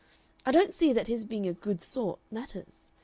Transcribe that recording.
i don't see that his being a good sort matters.